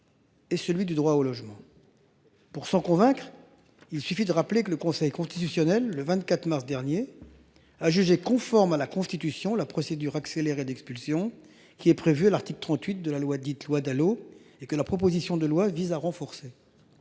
Et celui du droit au logement. Pour s'en convaincre, il suffit de rappeler que le Conseil constitutionnel le 24 mars dernier a jugé conforme à la Constitution la procédure accélérée d'expulsion qui est prévu à l'article 38 de la loi dite loi Dalo et que la proposition de loi vise à renforcer.